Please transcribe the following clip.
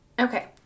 Okay